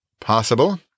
Possible